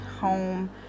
home